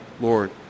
Lord